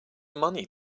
money